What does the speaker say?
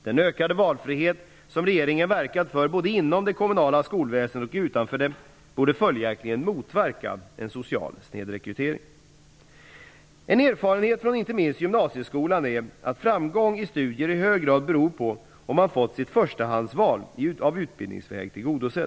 Den ökade valfrihet som regeringen har verkat för både inom och utanför det kommunala skolväsendet borde följaktligen motverka en social snedrekrytering. En erfarenhet från inte minst gymnasieskolan är att framgång i studier i hög grad beror på om man har fått sitt förstahandsval av utbildningsväg tillgodosett.